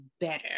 better